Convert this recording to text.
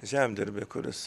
žemdirbį kuris